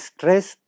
Stress